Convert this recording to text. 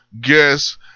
guess